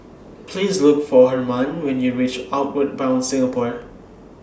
Please Look For Hermann when YOU REACH Outward Bound Singapore